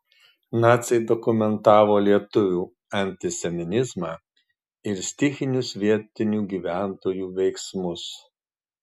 naciai dokumentavo lietuvių antisemitizmą ir stichinius vietinių gyventojų veiksmus